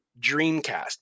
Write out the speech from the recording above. Dreamcast